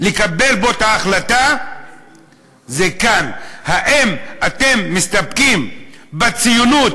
לקבל בו את ההחלטה כאן: האם אתם מסתפקים בציונות